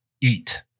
eat